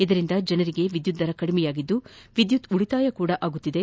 ಇದರಿಂದ ಜನರಿಗೆ ವಿದ್ಯುತ್ ದರ ಕಡಿಮೆಯಾಗಿದ್ದು ವಿದ್ಯುತ್ ಉಳಿತಾಯವೂ ಆಗುತ್ತಿದೆ